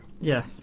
Yes